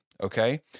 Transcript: Okay